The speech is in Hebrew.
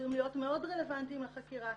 עשויים להיות מאוד רלוונטיים לחקירה.